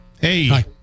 Hey